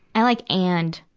i like and.